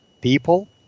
People